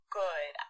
good